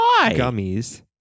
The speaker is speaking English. gummies